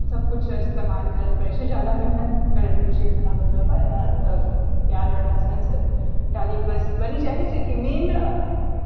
सब किछु इस्तेमाल करए ला पड़ैत छै जादा मेहनत करए ला पड़ैत छै खाना बनबए पर एना तऽ प्याज आओर लहसनसँ डालीके बस बनी जाइत छै कि मेन